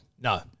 No